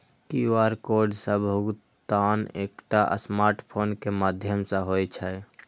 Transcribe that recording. QR code सं भुगतान एकटा स्मार्टफोन के माध्यम सं होइ छै